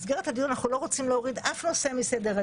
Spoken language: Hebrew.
מסגרת הדיון היא שאנחנו לא רוצים להוריד אף נושא מסדר-היום,